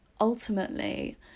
ultimately